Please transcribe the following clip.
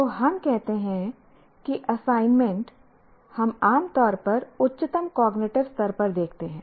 तो हम कहते हैं कि असाइनमेंट हम आम तौर पर उच्चतम कॉग्निटिव स्तर पर देखते हैं